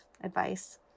advice